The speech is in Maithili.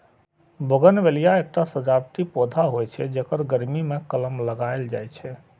बोगनवेलिया एकटा सजावटी पौधा होइ छै, जेकर गर्मी मे कलम लगाएल जाइ छै